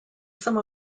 some